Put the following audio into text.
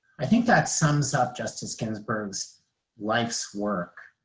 i think that sums up justice ginsburg's life's work,